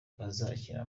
bazakina